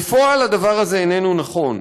בפועל הדבר הזה איננו נכון.